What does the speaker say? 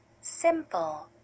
simple